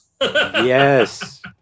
Yes